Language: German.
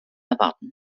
erwarten